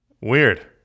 Weird